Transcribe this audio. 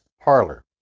parlor